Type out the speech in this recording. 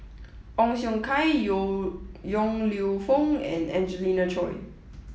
Ong Siong Kai Yong Lew Foong and Angelina Choy